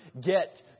get